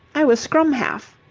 i was scrum-half.